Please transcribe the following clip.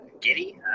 giddy